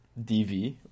DV